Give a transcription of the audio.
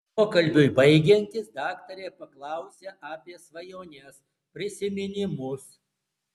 pokalbiui baigiantis daktarė paklausia apie svajones prisiminimus